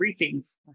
briefings